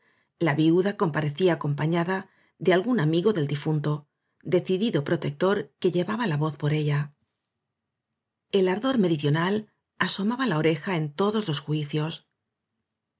la viuda comparecía acompa ñada de algún amigo del difunto decidido pro tector que llevaba la voz por ella el ardor meridional asomaba la oreja en todos los juicios